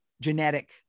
genetic